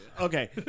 Okay